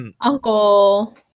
Uncle